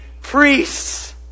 priests